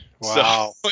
wow